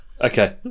Okay